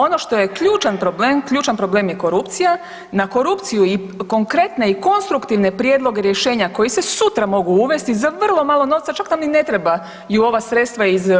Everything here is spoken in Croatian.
Ono što je ključan problem, ključna problem je korupcija, na korupciju konkretne i konstruktivne prijedloge, rješenja koji se sutra mogu uvesti za vrlo malo novca, čak nam ni ne trebaju ova sredstva iz